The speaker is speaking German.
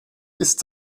ist